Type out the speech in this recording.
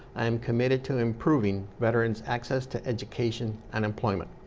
i am committed to improving veterans' access to education and employment.